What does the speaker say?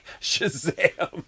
Shazam